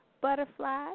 Butterfly